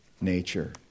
nature